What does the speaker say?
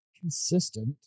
Consistent